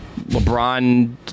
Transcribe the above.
LeBron